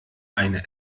eine